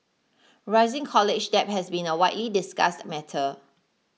rising college debt has been a widely discussed matter